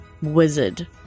wizard